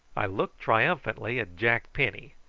i looked triumphantly at jack penny,